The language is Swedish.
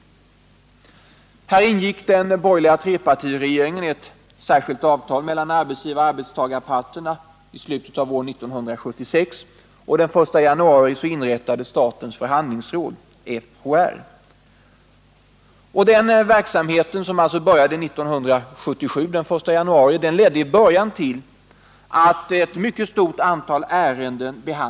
Här ingicks i slutet av år 1976 under den borgerliga trepartiregeringen ett särskilt avtal mellan arbetsgivaroch arbetstagarparterna. Den 1 januari 1977 inrättades statens förhandlingsråd, FHR. I början av FHR:s verksamhet behandlades ett mycket stort antal ärenden.